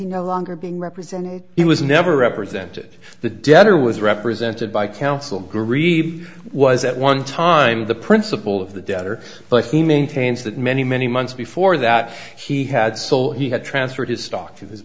no longer being represented he was never represented the debtor was represented by counsel greve was at one time the principle of the debtor but he maintains that many many months before that he had so he had transferred his stock